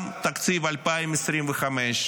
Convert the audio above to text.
גם תקציב 2025,